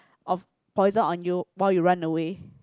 of poison on you while you run away